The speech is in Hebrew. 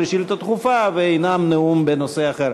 שאילתה דחופה וינאם נאום בנושא אחר.